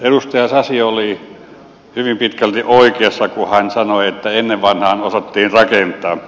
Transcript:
edustaja sasi oli hyvin pitkälti oikeassa kun hän sanoi että ennen vanhaan osattiin rakentaa